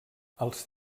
els